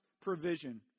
provision